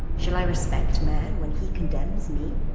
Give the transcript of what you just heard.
shall i respect man when he condemns me?